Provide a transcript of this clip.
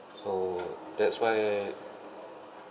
so that's why